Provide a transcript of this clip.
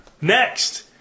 next